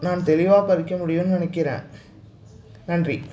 நாம் தெளிவாக படிக்க முடியும்னு நினைக்கிறேன் நன்றி